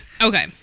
Okay